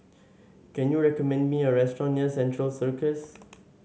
can you recommend me a restaurant near Central Circus